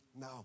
No